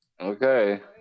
Okay